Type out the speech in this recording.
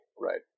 right